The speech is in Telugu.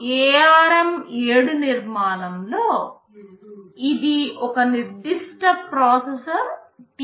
ARM7 నిర్మాణంలో ఇది ఒక నిర్దిష్ట ప్రాసెసర్ TDMI